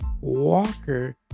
Walker